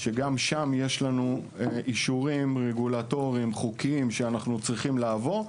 שגם שם יש לנו אישורים רגולטוריים חוקיים שאנחנו צריכים לעבור.